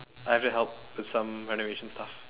I have to help with some renovation stuffs